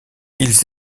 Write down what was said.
ils